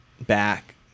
back